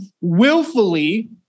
willfully